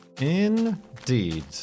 Indeed